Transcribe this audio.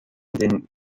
den